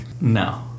No